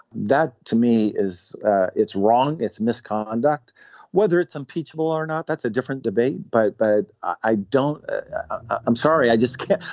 that to me is ah it's wrong. it's misconduct whether it's impeachable or not that's a different debate. but but i don't i'm sorry. i just can't.